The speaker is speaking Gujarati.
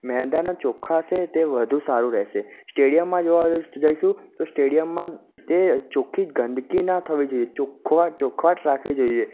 મેદાનો ચોખ્ખા હશે તે વધુ સારું રહેશે સ્ટેડિયમમાં જોવા જઈશું તો સ્ટેડિયમમાં તે ચોખ્ખી ગંદકી ન થવી જોઈએ ચોખવટ ચોખવટ રાખવી જોઈએ